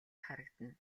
харагдана